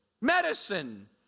medicine